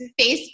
facebook